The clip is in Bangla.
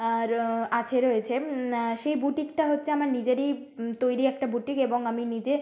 আর আছে রয়েছে সেই বুটিকটা হচ্ছে আমার নিজেরই তৈরি একটা বুটিক এবং আমি নিজে